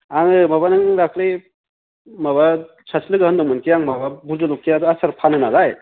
आङो माबा नों दाखोलि माबा सासे लोगोआ होनदोंमोनखि आं माबा जलकिया आसार फानो नालाय